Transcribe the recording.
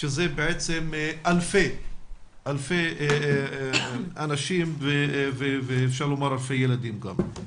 שזה בעצם אלפי אנשים ואפשר לומר אלפי ילדים גם.